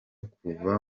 kuva